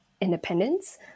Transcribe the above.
independence